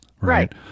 right